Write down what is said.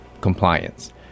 compliance